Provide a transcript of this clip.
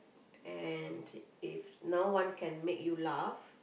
and if no one can make you laugh